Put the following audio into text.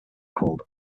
called